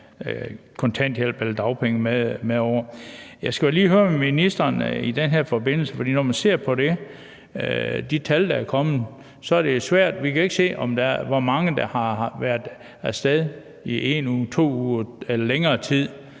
kontanthjælp eller dagpenge med. Jeg skal lige høre ministeren om noget i den her forbindelse. For når man ser på de tal, der er kommet, så kan vi ikke se, hvor mange der har været af sted i 1 uge, 2 uger eller længere tid.